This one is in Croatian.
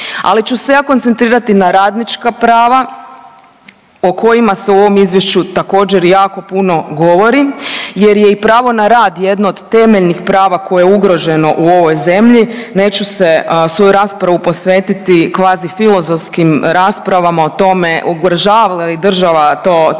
Ali ću se ja koncentrirati na radnička prava o kojima se u ovom izvješću također jako puno govori, jer je i pravo na rad jedno od temeljnih prava koje je ugroženo u ovoj zemlji. Neću svoju raspravu posvetiti kvazi filozofskim raspravama o tome ugrožava li država ta temeljna